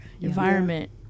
environment